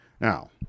Now